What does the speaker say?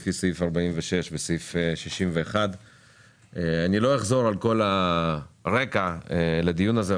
לפי סעיף 46 וסעיף 61. אני לא אחזור על כל הרקע לדיון הזה,